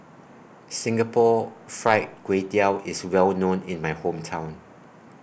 Singapore Fried Kway Tiao IS Well known in My Hometown